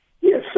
Yes